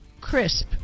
crisp